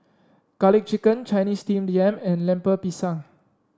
garlic chicken Chinese Steamed Yam and Lemper Pisang